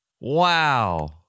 Wow